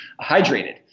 hydrated